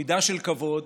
מידה של כבוד.